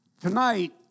tonight